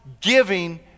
giving